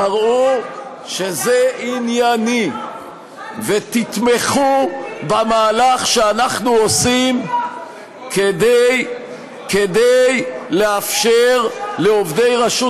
תַראו שזה ענייני ותתמכו במהלך שאנחנו עושים כדי לאפשר לעובדי רשות